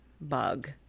bug